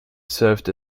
served